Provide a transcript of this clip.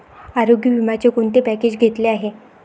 आरोग्य विम्याचे कोणते पॅकेज घेतले आहे?